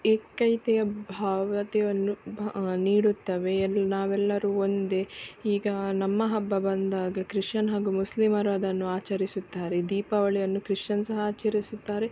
ಏಕತೆಯ ಭಾವವನ್ನು ಭಾ ನೀಡುತ್ತವೆ ಎಲ್ಲಾ ನಾವೆಲ್ಲರು ಒಂದೇ ಈಗ ನಮ್ಮ ಹಬ್ಬ ಬಂದಾಗ ಕ್ರಿಶ್ಯನ್ ಹಾಗೂ ಮುಸ್ಲಿಮರು ಅದನ್ನು ಆಚರಿಸುತ್ತಾರೆ ದೀಪಾವಳಿಯನ್ನು ಕ್ರಿಶ್ಯನ್ ಸಹ ಆಚರಿಸುತ್ತಾರೆ